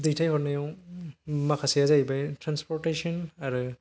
दैथायहरनायाव माखासेया जाहैबाय ट्रेन्सपर्टेसन आरो